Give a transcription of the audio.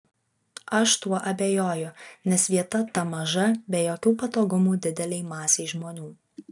aš tuo abejoju nes vieta ta maža be jokių patogumų didelei masei žmonių